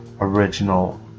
original